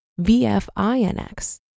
VFINX